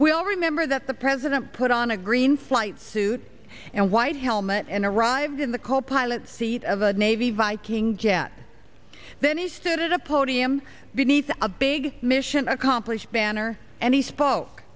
all remember that the president put on a green flight suit and white helmet and arrived in the copilot seat of a navy viking jet then he stood at a podium meath a big mission accomplished banner and he spoke